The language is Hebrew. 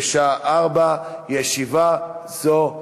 בשעה 16:00. ישיבה זו נעולה.